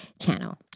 Channel